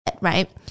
right